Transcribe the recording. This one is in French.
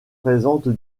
présente